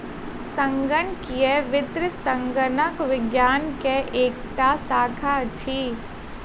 संगणकीय वित्त संगणक विज्ञान के एकटा शाखा अछि